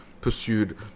pursued